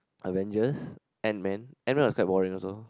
Avengers Antman Antman was quite boring also